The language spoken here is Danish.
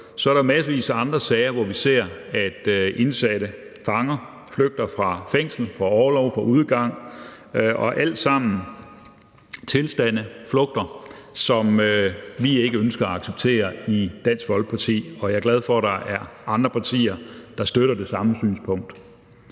er der massevis af andre sager, hvor vi ser, at fanger flygter fra fængslet, fra orlov, fra udgang, og alt sammen er det flugter, som vi i Dansk Folkeparti ikke ønsker at acceptere, og jeg er glad for, at der er andre partier, der støtter det samme synspunkt.